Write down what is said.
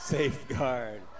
Safeguard